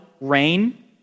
rain